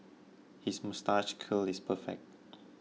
his moustache curl is perfect